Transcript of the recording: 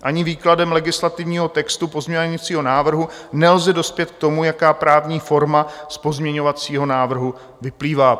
Ani výkladem legislativního textu pozměňovacího návrhu nelze dospět k tomu, jaká právní forma z pozměňovacího návrhu vyplývá.